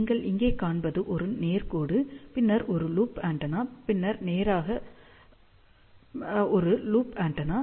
நீங்கள் இங்கே காண்பது ஒரு நேர் கோடு பின்னர் ஒரு லூப் ஆண்டெனா பின்னர் நேராக பின்னர் ஒரு லூப் ஆண்டெனா பின்னர் நேராக பின்னர் லூப் ஆண்டெனா